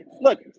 Look